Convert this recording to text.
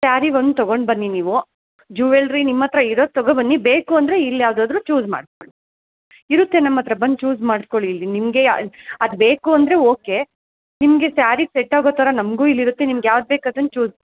ಸ್ಯಾರಿ ಒಂದು ತಗೊಂಡು ಬನ್ನಿ ನೀವು ಜ್ಯೂವೆಲ್ರಿ ನಿಮ್ಮ ಹತ್ತಿರ ಇರೋದು ತಗೋ ಬನ್ನಿ ಬೇಕು ಅಂದರೆ ಇಲ್ಲಿ ಯಾವ್ದಾದರೂ ಚೂಸ್ ಮಾಡಿಕೊಳ್ಳಿ ಇರುತ್ತೆ ನಮ್ಮ ಹತ್ತಿರ ಬಂದು ಚೂಸ್ ಮಾಡಿಕೊಳ್ಳಿ ಇಲ್ಲಿ ನಿಮಗೆ ಅದು ಬೇಕು ಅಂದರೆ ಓಕೆ ನಿಮಗೆ ಸ್ಯಾರಿಗೆ ಸೆಟ್ ಆಗೋ ಥರ ನಮಗೂ ಇಲ್ಲಿ ಇರುತ್ತೆ ನಿಮ್ಗೆ ಯಾವ್ದು ಬೇಕು ಅದನ್ನು ಚೂಸ್